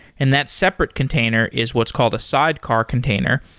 and that separate container is what's called a sidecar container.